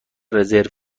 رزرو